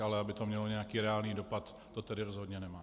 Ale aby to mělo nějaký reálný dopad, to tedy rozhodně nemá.